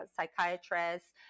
psychiatrists